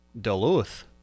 Duluth